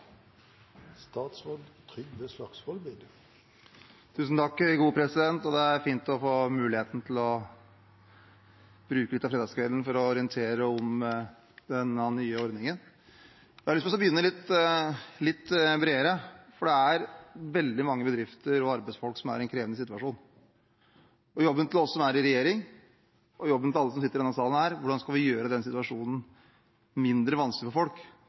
Det er fint å få muligheten til å bruke litt av fredagskvelden til å orientere om denne nye ordningen. Jeg har lyst til å begynne litt bredere, for det er veldig mange bedrifter og arbeidsfolk som er i en krevende situasjon. Jobben vår i regjering og jobben til alle som sitter i denne salen, er hvordan vi skal gjøre denne situasjonen mindre vanskelig for folk